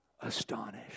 astonished